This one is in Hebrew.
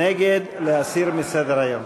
נגד, להסיר מסדר-היום.